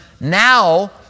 Now